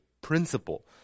principle